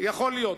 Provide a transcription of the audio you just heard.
יכול להיות.